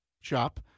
shop